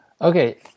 Okay